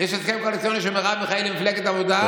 יש הסכם קואליציוני של מרב מיכאלי ומפלגת העבודה,